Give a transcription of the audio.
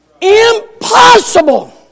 Impossible